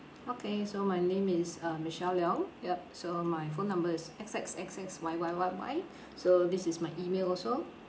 okay so my name is uh michelle leong yup so my phone number is X X X X Y Y Y Y so this is my email also